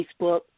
Facebook